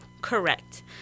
Correct